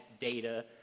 data